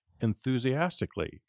enthusiastically